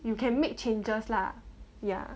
you can make changes lah ya